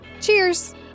Cheers